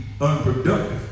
unproductive